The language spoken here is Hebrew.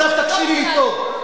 עכשיו תקשיבי לי טוב.